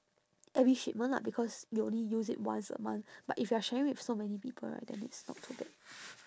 every shipment lah because you only use it once a month but if you are sharing with so many people right then it's not too bad